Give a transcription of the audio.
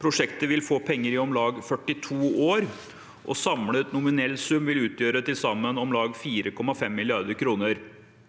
Prosjektet vil få penger i om lag 42 år, og samlet nominell sum vil utgjøre om lag 4,5 mrd. kr.